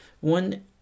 One